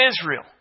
Israel